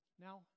Now